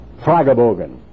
Fragebogen